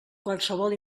qualsevol